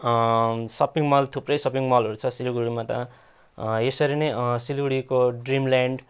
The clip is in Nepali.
सपिङ मल थुप्रै सपिङ मलहरू छ सिलगडीमा त यसरी नै सिलगडीको ड्रिम ल्यान्ड